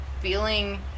feeling